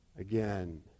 Again